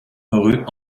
rue